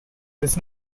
does